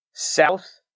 South